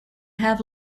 have